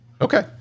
Okay